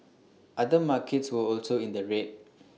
other markets were also in the red